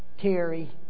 Terry